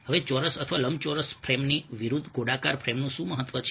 હવે ચોરસ અથવા લંબચોરસ ફ્રેમની વિરુદ્ધ ગોળાકાર ફ્રેમનું શું મહત્વ છે